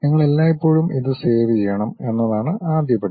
നിങ്ങൾ എല്ലായ്പ്പോഴും ഇത് സേവ് ചെയ്യണം എന്നതാണ് ആദ്യപടി